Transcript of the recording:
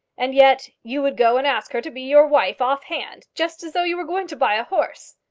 and yet you would go and ask her to be your wife off-hand, just as though you were going to buy a horse!